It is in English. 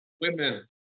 women